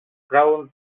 crown